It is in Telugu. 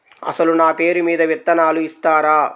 అసలు నా పేరు మీద విత్తనాలు ఇస్తారా?